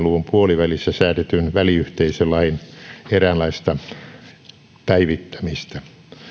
luvun puolivälissä säädetyn väliyhteisölain eräänlaista päivittämistä